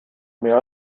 mehr